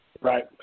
Right